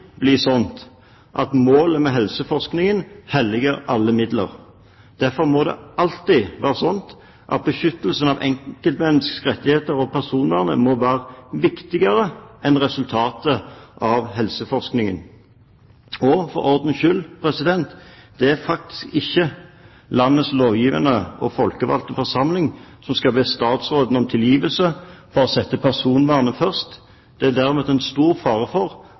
at målet med helseforskningen helliger alle midler. Derfor må det alltid være slik at beskyttelse av enkeltmenneskers rettigheter og personvern må være viktigere enn resultatet av helseforskningen. Og for ordens skyld: Det er faktisk ikke landets lovgivende og folkevalgte forsamling som skal be statsråden om tilgivelse for å sette personvernet først. Det er derimot en stor fare for